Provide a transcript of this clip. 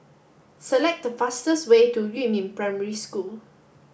select the fastest way to Yumin Primary School